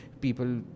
people